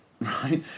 Right